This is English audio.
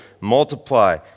multiply